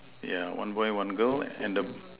yeah one boy one girl and the